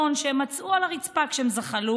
אנחנו מציינים היום ברחבי העולם את יום זכויות הילד